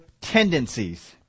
tendencies